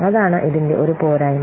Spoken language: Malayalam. അതാണ് ഇതിന്റെ ഒരു പോരായ്മ